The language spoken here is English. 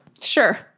Sure